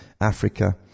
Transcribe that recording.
Africa